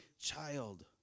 child